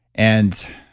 and